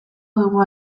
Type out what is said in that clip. dugu